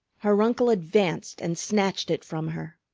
her uncle advanced and snatched it from her.